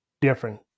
different